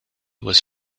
was